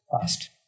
fast